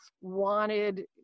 wanted